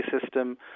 system